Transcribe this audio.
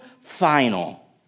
final